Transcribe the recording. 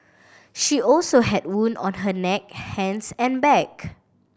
she also had wound on her neck hands and back